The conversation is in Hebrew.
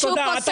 בבקשה.